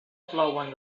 plouen